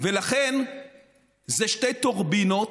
ולכן אלה שתי טורבינו,